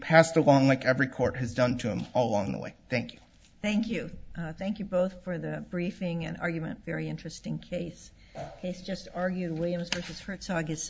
passed along like every court has done to him along the way thank you thank you thank you both for the briefing and argument very interesting case he's just argue liam's reaches for it so i g